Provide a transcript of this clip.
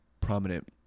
prominent